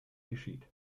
geschieht